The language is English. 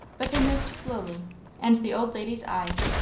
but they moved slowly and the old lady's eyes,